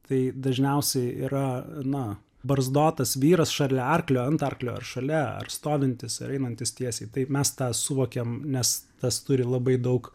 tai dažniausiai yra na barzdotas vyras šalia arklio ant arklio ar šalia ar stovintis ar einantis tiesiai tai mes tą suvokiam nes tas turi labai daug